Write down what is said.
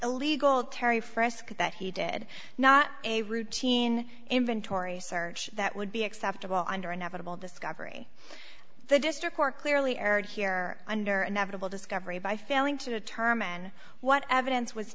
illegal terry frisk that he did not a routine inventory search that would be acceptable under inevitable discovery the district court clearly erred here under inevitable discovery by failing to determine what evidence was